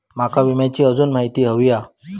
माका विम्याची आजून माहिती व्हयी हा?